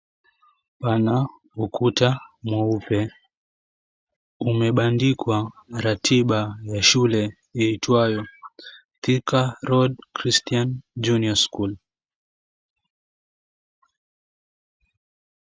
Pana ukuta mweupe umebandikwa ratiba ya shule ambayo ni, Thika Road Christian Junior School.